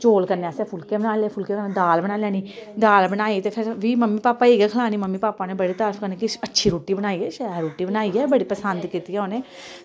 चौल कन्नै असैं फुल्के बनाई ले फुल्कें कन्नै दाल बनाई लैनी दाल बनाई ते फिर वी मम्मी पापा गी गै खलानी मम्मी पापा नै बड़ी तारीफ करनी कि अच्छी रुट्टी बनाई ऐ शैल रुट्टी बनाई ऐ बड़ी पसंद कीती ऐ उनै